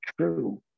true